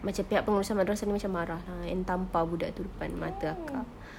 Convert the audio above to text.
macam pihak penguasaan madrasah ini macam marah lah and tampar budak itu depan mata akak